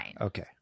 okay